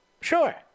Sure